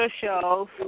show